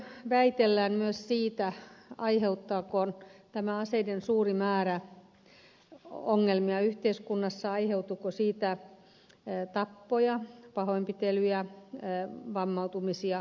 paljon väitellään myös siitä aiheuttaako tämä aseiden suuri määrä ongelmia yhteiskunnassa aiheutuuko siitä tappoja pahoinpitelyjä vammautumisia